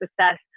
success